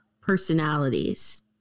personalities